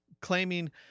claiming